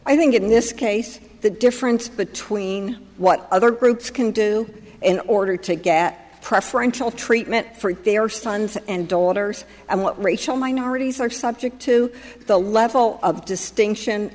i think in this case the difference between what other groups can do in order to get preferential treatment for their sons and daughters and what racial minorities are subject to the level of distinction